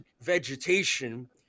vegetation